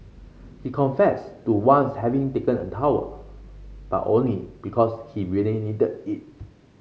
he confessed to once having taken a towel but only because he really needed it